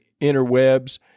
interwebs